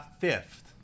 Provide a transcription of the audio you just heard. fifth